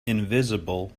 invisible